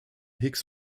higgs